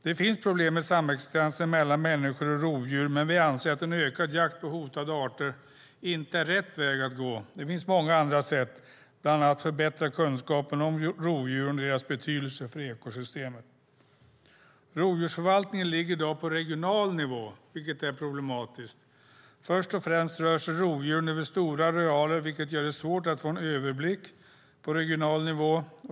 Det finns problem med samexistensen mellan människor och rovdjur, men vi anser att en ökad jakt på hotade arter inte är rätt väg att gå. Det finns många andra sätt, bland annat att förbättra kunskapen om rovdjuren och deras betydelse för ekosystemet. Rovdjursförvaltningen ligger i dag på regional nivå, vilket är problematiskt. Först och främst rör sig rovdjuren över stora arealer, vilket gör det svårt att få en överblick på regional nivå.